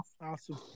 Awesome